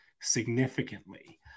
significantly